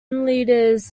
leaders